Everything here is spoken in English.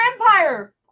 Empire